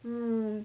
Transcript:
um